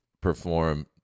perform